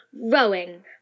rowing